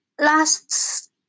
last